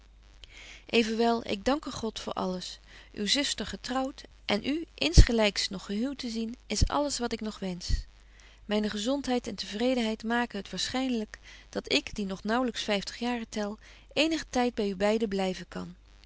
evenwel ik danke god voor alles uw zuster getrouwt en u insgelyks nog gehuwt te zien is alles wat ik nog wensch myne gezontheid en tevredenheid maken het waarschynelyk dat ik die nog naauwlyks vyftig jaren tel eenigen tyd by u beide blyven kan